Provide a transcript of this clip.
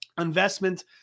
investment